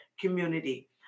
community